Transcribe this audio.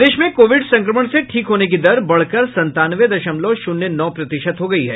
प्रदेश में कोविड संक्रमण से ठीक होने की दर बढ़कर संतानवे दशमलव शून्य नौ प्रतिशत हो गई है